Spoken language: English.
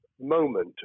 moment